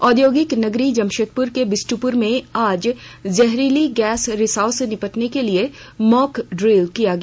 औद्योगिक नगरी जमशेदपुर के विष्टपुर में आज जहरीली गैस रिसाव से निपटने के लिए मौक डिल किया गया